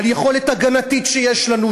על יכולת הגנתית שיש לנו,